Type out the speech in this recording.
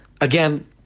Again